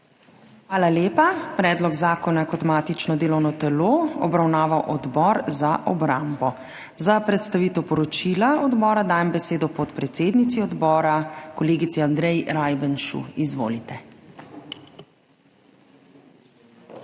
Hvala lepa. Predlog zakona je kot matično delovno telo obravnaval Odbor za obrambo. Za predstavitev poročila odbora dajem besedo podpredsednici odbora, kolegici Andreji Rajbenšu. Izvolite.